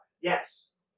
Yes